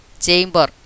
chamber